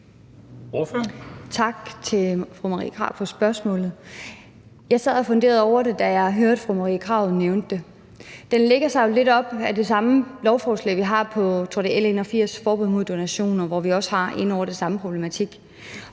Tak til fru Marie Krarup for spørgsmålet. Jeg sad og funderede over det, da jeg hørte fru Marie Krarup nævne det. Det lægger sig jo lidt op ad det samme, som vi har – jeg tror, det er lovforslag nr. L 81 – om forbud mod donationer, hvor vi også er inde over den samme problematik.